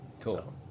Cool